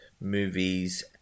movies